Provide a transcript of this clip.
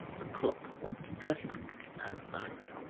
the cook went to get him at night,